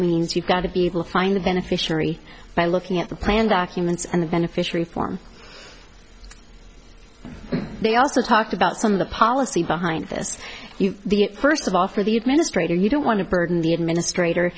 means you got to be able to find the beneficiary by looking at the plan documents and the beneficiary form they also talked about some of the policy behind this you first of all for the administrator you don't want to burden the administrator